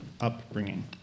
upbringing